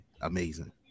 amazing